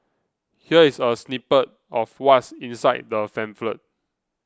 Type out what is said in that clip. here is a snippet of what's inside the pamphlet